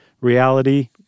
reality